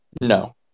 No